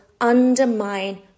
undermine